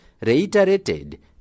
reiterated